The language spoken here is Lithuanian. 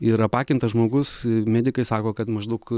ir apakintas žmogus medikai sako kad maždaug